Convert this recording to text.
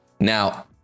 Now